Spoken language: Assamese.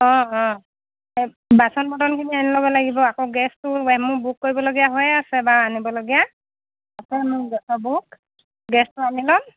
অঁ অঁ বাচন বৰ্তনখিনি আনি ল'ব লাগিব আকৌ গেছটো মোৰ বুক কৰিবলগীয়া হৈয়ে আছে বা আনিবলগীয়া গেছটো আনি ল'ম